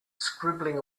scribbling